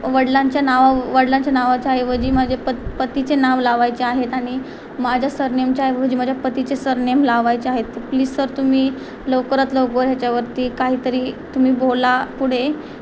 वडीलांच्या नावा वडीलांच्या नावाच्या ऐवजी माझे पत पतीचे नाव लावायचे आहेत आणि माझ्या सरनेमच्या ऐवजी माझ्या पतीचे सरनेम लावायचे आहेत प्लीज सर तुम्ही लवकरात लवकर ह्याच्यावरती काहीतरी तुम्ही बोला पुढे